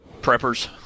preppers